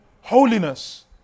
Holiness